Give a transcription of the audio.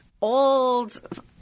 old